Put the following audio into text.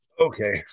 Okay